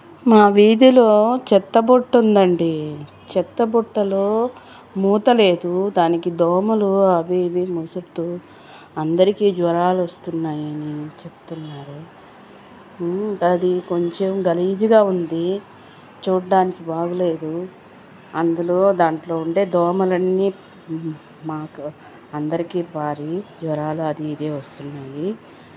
మా వీధిలో చెత్త బుట్టుందండి చెత్తబుట్టలో మూత లేదు దానికి దోమలు అవి ఇవి ముసురుతూ అందరికీ జ్వరాలొస్తున్నాయని చెప్తున్నారు అది కొంచెం గలీజ్గా ఉంది చూడ్డానికి బాగలేదు అందులో దాంట్లో ఉండే దోమలన్నీ మాకు అందరికీ పారి జ్వరాలు అది ఇది వస్తున్నాయి